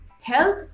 health